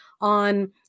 on